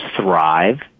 thrive